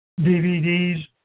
DVDs